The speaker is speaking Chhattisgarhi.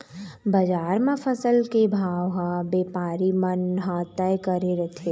बजार म फसल के भाव ह बेपारी मन ह तय करे रथें